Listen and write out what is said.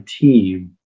team